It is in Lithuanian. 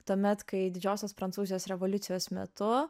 tuomet kai didžiosios prancūzijos revoliucijos metu